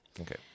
Okay